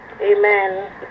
Amen